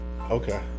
Okay